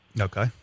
Okay